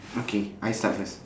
okay I start first